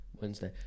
Wednesday